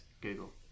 Google